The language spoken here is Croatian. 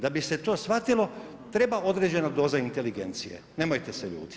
Da bi se to shvatilo treba određena doza inteligencije, nemojte se ljutiti.